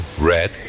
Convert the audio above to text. red